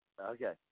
Okay